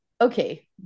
okay